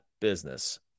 Business